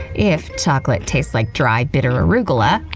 if chocolate tasted like dry, bitter arugula,